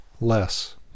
less